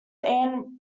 anne